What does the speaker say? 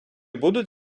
будуть